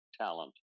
talent